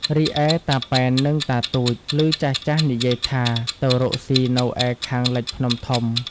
រីឯ តាប៉ែននិងតាទូច ឮចាស់ៗនិយាយថា ទៅរកស៊ីនៅឯខាងលិចភ្នំធំ ។